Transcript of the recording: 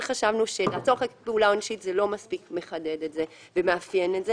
חשבנו שלעצור בפעולה עונשית לא מספיק מחדד את זה ומאפיין את זה